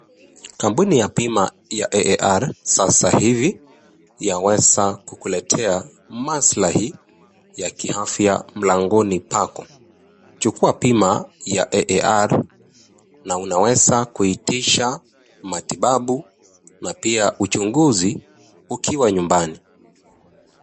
Kampuni ya bima ya (cs)AAR (cs) sasa hivi yaweza kukuletea maslahi ya kiafya mlangoni pako. Chukua bima ya AAR, na unaweza kuitisha matibabu na pia uchunguzi ukiwa nyumbani.